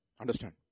Understand